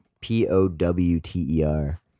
p-o-w-t-e-r